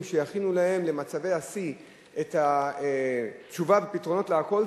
שיכינו להם למצבי השיא את התשובה ופתרונות לכול,